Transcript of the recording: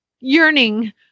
yearning